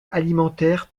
alimentaire